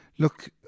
Look